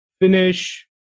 finish